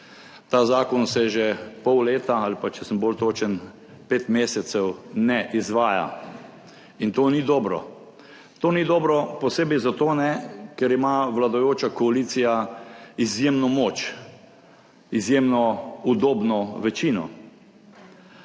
Ta zakon se že pol leta ali pa, če sem bolj točen, pet mesecev ne izvaja in to ni dobro. To ni dobro. Posebej zato ne, ker ima vladajoča koalicija izjemno moč, izjemno udobno večino.